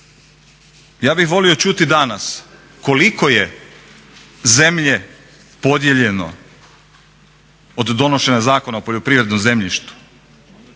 Ja bih volio čuti danas koliko je zemlje podijeljeno od donošenja Zakona o poljoprivrednom zemljištu.